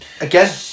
Again